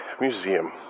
museum